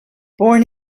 born